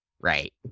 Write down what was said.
Right